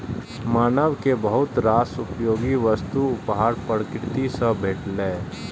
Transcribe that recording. मानव कें बहुत रास उपयोगी वस्तुक उपहार प्रकृति सं भेटलैए